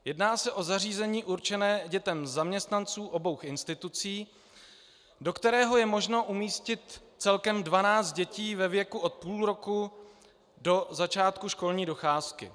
Jedná se o zařízení určené dětem zaměstnanců obou institucí, do kterého je možno umístit celkem 12 dětí ve věku od půl roku do začátku školní docházky.